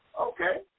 Okay